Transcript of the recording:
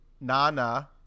nana